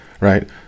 right